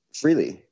freely